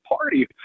Party